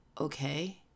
okay